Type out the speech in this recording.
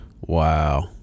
Wow